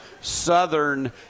Southern